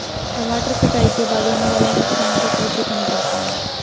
टमाटर कटाई के बाद होने वाले नुकसान को कैसे कम करते हैं?